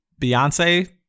beyonce